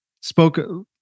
spoke